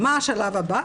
מה השלב הבא?